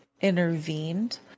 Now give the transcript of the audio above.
intervened